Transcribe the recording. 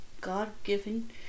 God-given